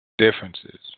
differences